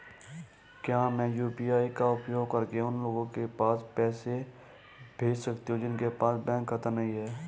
क्या मैं यू.पी.आई का उपयोग करके उन लोगों के पास पैसे भेज सकती हूँ जिनके पास बैंक खाता नहीं है?